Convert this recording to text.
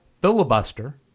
filibuster